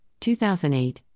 2008